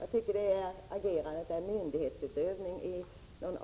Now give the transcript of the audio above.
Jag tycker att postverkets agerande är en avart av myndighetsutövning, som